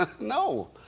No